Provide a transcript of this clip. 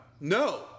No